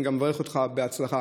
אני גם מברך אותך בהצלחה.